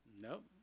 Nope